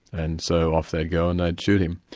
and so off they'd go and they'd shoot him.